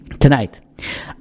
Tonight